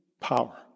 power